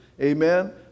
amen